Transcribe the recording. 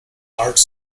large